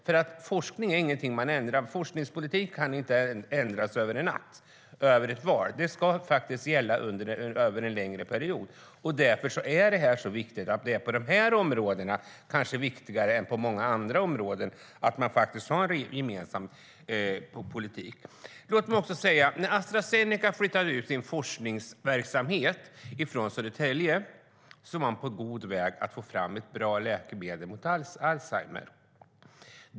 Forskningspolitiken är ingenting man ändrar över en natt eller över ett val. Den ska gälla under en längre period. Därför är det kanske viktigare med en gemensam politik inom detta område än inom andra. När Astra Zeneca flyttade ut sin forskningsverksamhet från Södertälje var man på god väg att få fram ett bra läkemedel mot alzheimer.